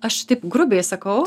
aš taip grubiai sakau